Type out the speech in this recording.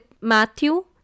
Matthew